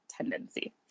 tendency